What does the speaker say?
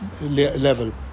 level